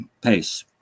pace